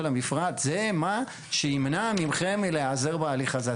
המפרט זה מה שימנע מכם להיעזר בהליך הזה.